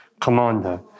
commander